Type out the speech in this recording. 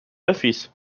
öffis